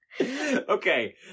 okay